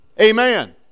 Amen